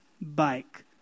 bike